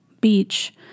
beach